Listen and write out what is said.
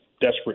desperate